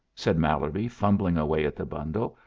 said mallerby, fumbling away at the bundle.